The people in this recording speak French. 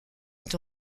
est